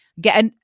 get